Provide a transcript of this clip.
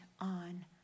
on